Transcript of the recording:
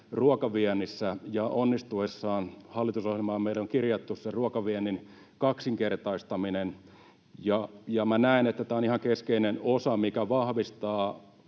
ruokaviennissä. Hallitusohjelmaan meillä on kirjattu ruokaviennin kaksinkertaistaminen, ja minä näen, että tämä on ihan keskeinen osa, mikä vahvistaa